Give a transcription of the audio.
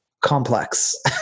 complex